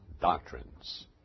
doctrines